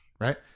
right